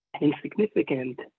insignificant